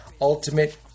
Ultimate